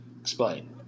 Explain